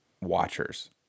watchers